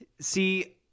See